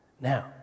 Now